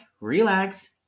relax